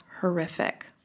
horrific